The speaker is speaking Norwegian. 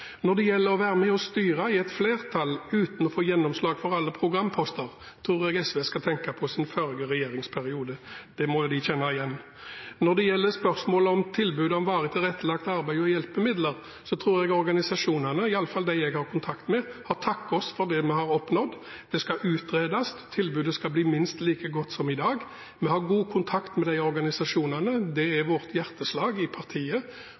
Når det gjelder det å være med og styre i et flertall uten å få gjennomslag for alle programposter, tror jeg SV skal tenke på sin forrige regjeringsperiode – det må jo de kjenne igjen. Når det gjelder spørsmålet om tilbudet om varig tilrettelagt arbeid og hjelpemidler, tror jeg organisasjonene – i alle fall de jeg har kontakt med – har takket oss for det vi har oppnådd. Det skal utredes, tilbudet skal bli minst like godt som i dag, og vi har god kontakt med organisasjonene. Det er vårt hjerteslag i partiet